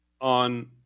on